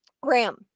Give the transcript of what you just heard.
graham